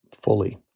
fully